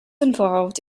involved